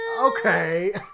Okay